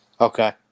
Okay